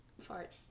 Fart